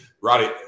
Roddy